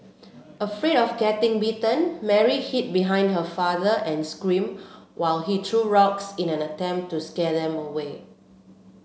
afraid of getting bitten Mary hid behind her father and screamed while he threw rocks in an attempt to scare them away